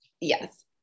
yes